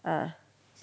uh